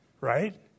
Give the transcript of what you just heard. right